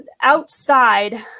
outside